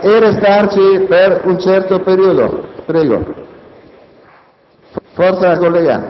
e restarci per un certo periodo. Il